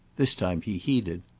this time he heeded.